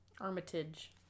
Armitage